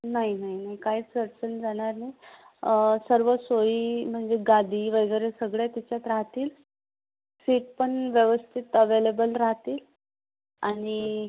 नाही नाही नाही काहीच अडचण जाणार नाही सर्व सोयी म्हणजे गादी वगैरे सगळं त्याच्यात राहतील सीट पण व्यवस्थित अवेलेबल राहतील आणि